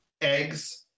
eggs